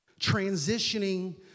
transitioning